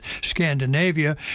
Scandinavia